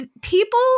people